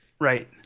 Right